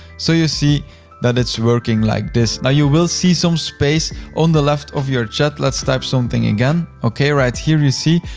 so you see that it's working like this. now you will see some space on the left of your chat. let's type something again. right here, you see,